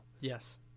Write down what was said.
Yes